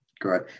Great